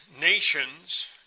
nations